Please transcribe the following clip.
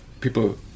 people